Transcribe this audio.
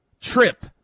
trip